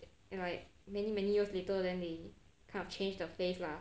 and like many many years later then they kind of change the face lah